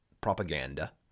propaganda